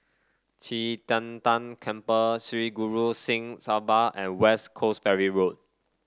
Qi Tian Tan Temple Sri Guru Singh Sabha and West Coast Ferry Road